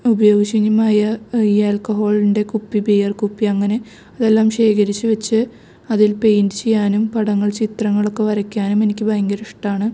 ഉപയോഗശൂന്യമായ ഈ ആൾക്കഹോളിൻ്റെ കുപ്പി ബിയർ കുപ്പി അങ്ങനെ എല്ലാം ശേഖരിച്ച് വച്ച് അതിൽ പെയിൻ്റ് ചെയ്യാനും പടങ്ങൾ ചിത്രങ്ങളൊക്കെ വരയ്ക്കാനും എനിക്ക് ഭയങ്കര ഇഷ്ട്ടമാണ്